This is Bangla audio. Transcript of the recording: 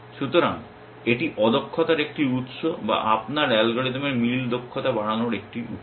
সুতরাং এটি অদক্ষতার একটি উত্স বা আপনার অ্যালগরিদমের মিল দক্ষতা বাড়ানোর একটি উপায়